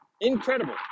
Incredible